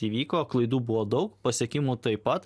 įvyko klaidų buvo daug pasiekimų taip pat